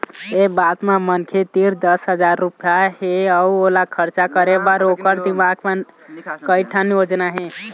ए बात म मनखे तीर दस हजार रूपिया हे अउ ओला खरचा करे बर ओखर दिमाक म कइ ठन योजना हे